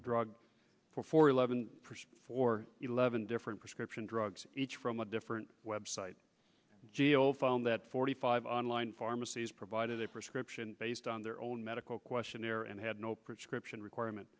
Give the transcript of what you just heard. drug for eleven for eleven different prescription drugs each from a different web site geo found that forty five online pharmacies provided a prescription based on their own medical questionnaire and had no prescription requirement